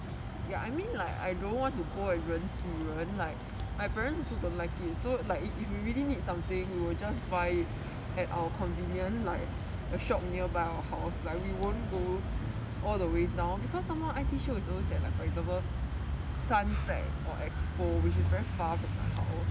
ya I mean like I don't want to go and 人挤人 my parents also don't like it so if we really need something we will just buy at our convenient like the shop nearby our house like we won't go all the way down because some more I_T is always at like for example suntec or expo which is very far from my house